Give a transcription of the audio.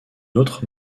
autre